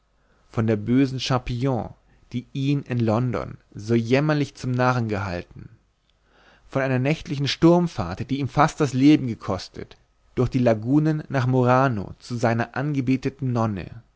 von der bösen charpillon die ihn in london so jämmerlich zum narren gehalten von einer nächtlichen sturmfahrt die ihm fast das leben gekostet durch die lagunen nach murano zu seiner angebeteten nonne